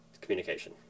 communication